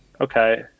okay